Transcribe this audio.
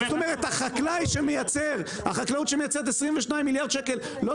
זאת אומרת החקלאות שמייצרת 22 מיליארד שקל לא